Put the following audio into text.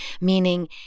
meaning